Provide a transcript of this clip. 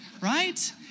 right